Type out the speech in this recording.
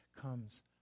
comes